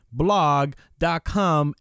blog.com